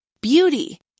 beauty